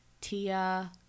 Tia